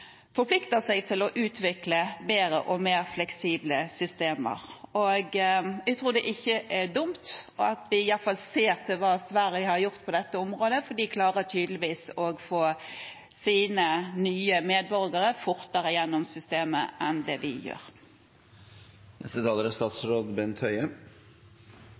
forplikter seg til å utvikle bedre og mer fleksible systemer. Jeg tror ikke det er dumt at vi i alle fall ser på hva Sverige har gjort på dette området, for de klarer tydeligvis å få sine nye medborgere fortere gjennom systemet enn vi gjør.